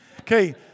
Okay